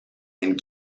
and